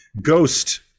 ghost